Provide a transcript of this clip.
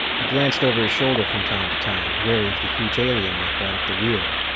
he glanced over his shoulder from time to time, wary of the huge alien that brought up the rear.